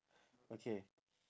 okay